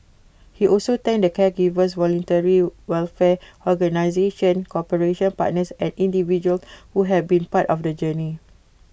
he also thanked the caregivers voluntary welfare organisations corporate partners and individuals who have been part of the journey